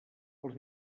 els